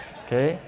okay